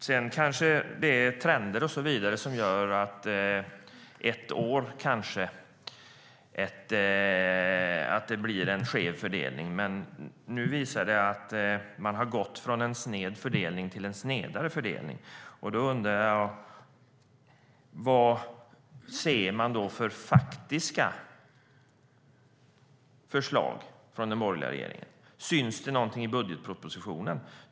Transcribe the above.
Det kanske är trender och så vidare som gör att det blir en skev fördelning ett år, men nu visar det sig att man har gått från en sned fördelning till en snedare fördelning. Jag undrar då vad man ser för faktiska förslag från den borgerliga regeringen. Syns det någonting i budgetpropositionen?